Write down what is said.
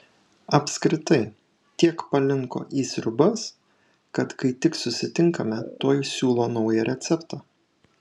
apskritai tiek palinko į sriubas kad kai tik susitinkame tuoj siūlo naują receptą